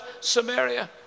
Samaria